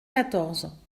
quatorze